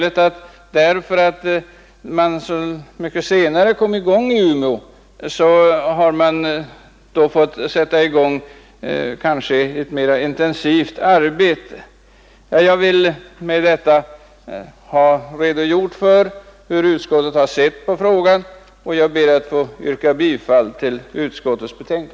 Genom att man så mycket senare kom i gång i Umeå är det möjligt att man därför har måst sätta in ett mera intensivt arbete. Med detta har jag velat redogöra för utskottets syn på frågan, och jag ber att få yrka bifall till utskottets förslag.